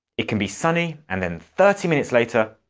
it can be sunny, and then thirty minutes later,